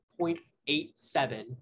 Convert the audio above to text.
0.87